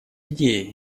идеи